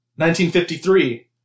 1953